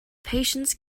patience